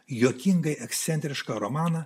juokingai ekscentrišką romaną